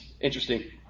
Interesting